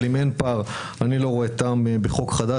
אבל אם אין פער אני לא רואה טעם בחוק חדש,